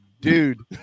Dude